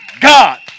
God